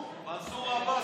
מנסור עבאס,